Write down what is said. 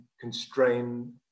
constrain